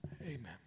Amen